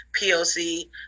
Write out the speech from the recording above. POC